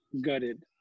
gutted